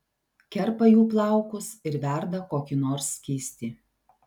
kerpa jų plaukus ir verda kokį nors skystį